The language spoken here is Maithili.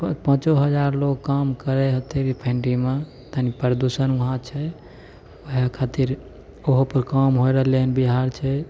प पाँचो हजार लोग काम करै होयतै रिफायंडरीमे तनी प्रदूषण हुआँ छै ओएह खातिर ओहो पर काम होइ रहलै हन बिहार छै